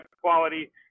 quality